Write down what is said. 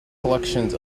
collections